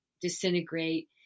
disintegrate